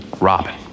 Robin